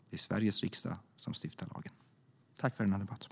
Det är Sveriges riksdag som stiftar lagen. Tack för den här debatten!